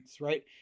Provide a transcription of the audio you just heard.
right